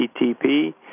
HTTP